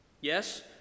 Yes